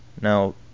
Now